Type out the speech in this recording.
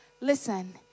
Listen